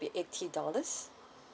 be eighty dollars